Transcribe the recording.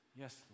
yes